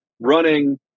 running